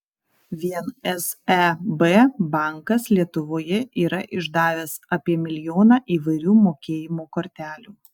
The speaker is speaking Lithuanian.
vien seb bankas lietuvoje yra išdavęs apie milijoną įvairių mokėjimo kortelių